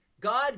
God